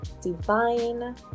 divine